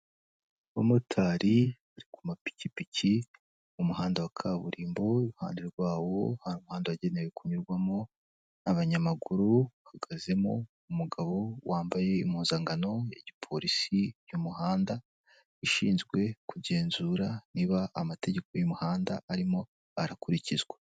Abamotari bari ku mapikipiki mu muhanda wa kaburimbo, uruhande rwa wo hari umuhanda wagenewe kunyurwamo abanyamaguru, hahagazemo umugabo wambaye impuzankano ya gipolisi y'umuhanda ishinzwe kugenzura niba amategeko y'umuhanda arimo arakurikizwa.